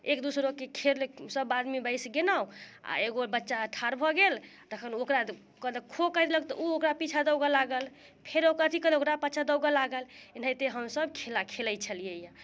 एक दोसराके खेल सभ आदमी बैस गेलहुँ आ एगो बच्चा ठाढ़ भऽ गेल तखन ओकरा कहलक खो कहि देलक तऽ ओ ओकरा पीछा दौड़ऽ लागल फेर ओकरा अथि कयलक ओकरा पीछा दौड़ऽ लागल एनाहिते हम सभ खेला खेलैत छेलियै यऽ